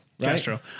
Castro